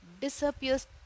disappears